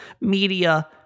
media